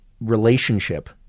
relationship